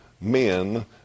men